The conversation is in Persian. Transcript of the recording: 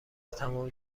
تمام